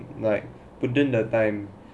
like within the time